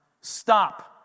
Stop